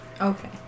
Okay